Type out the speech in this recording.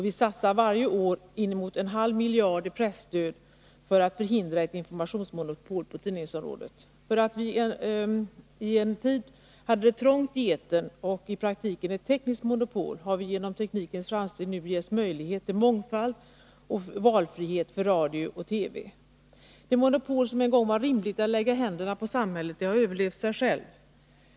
Vi satsar varje år inemot en halv miljard i presstöd för att förhindra ett informationsmonopol på tidningsområdet. Från att vi en tid hade det trångt i etern och i praktiken ett tekniskt monopol har vi genom teknikens framsteg nu getts möjlighet till mångfald och valfrihet för radio och TV. Det monopol som en gång var rimligt att lägga i händerna på samhället har överlevt sig självt.